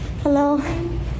Hello